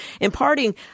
imparting